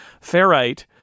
ferrite